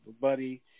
buddy